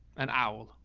an owl.